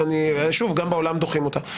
שוב, גם בעולם דוחים אותה.